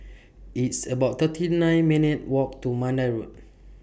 It's about thirty nine minutes' Walk to Mandai Road